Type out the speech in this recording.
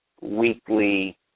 weekly